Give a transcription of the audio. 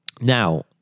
now